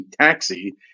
taxi